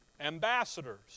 ambassadors